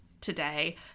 today